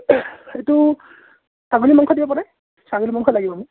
এইটো ছাগলী মাংস দিব পাৰে ছাগলী মাংস লাগিব মোক